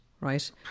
right